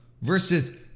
versus